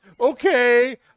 Okay